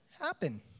happen